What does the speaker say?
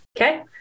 Okay